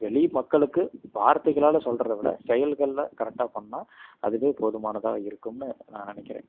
வெளி மக்களுக்கு வார்த்தைகளால் சொல்றதை விட செயல்களில் கரெக்டாக பண்ணா அதுவே போதுமானதாக இருக்கும்ன்னு நான் நினைக்கிறேன்